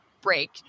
break